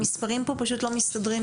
המספרים לא מסתדרים לי.